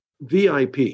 VIP